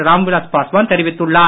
ராம் விலாஸ் பாஸ்வான் தெரிவித்துள்ளார்